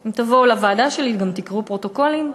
אם תבואו לוועדה שלי וגם תקראו פרוטוקולים,